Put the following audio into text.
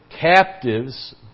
captives